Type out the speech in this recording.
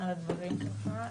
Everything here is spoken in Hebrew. על הדברים שלך.